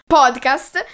podcast